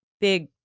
big